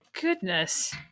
Goodness